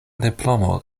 diplomo